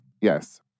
Yes